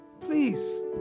Please